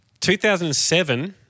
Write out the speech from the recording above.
2007